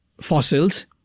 fossils